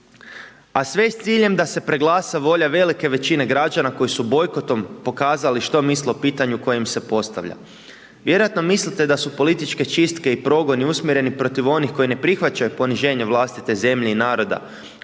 A sve s ciljem da se preglasa volja velike većine građana koji su bojkotom pokazali što misle o pitanju koje im se postavlja. Vjerojatno mislite da su političke čistke i progoni usmjereni protiv onih koji ne prihvaćaju poniženje vlastite zemlje i naroda,